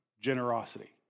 generosity